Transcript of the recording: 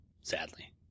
sadly